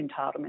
entitlement